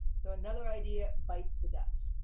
so another idea bites the dust.